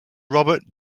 robert